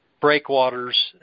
breakwaters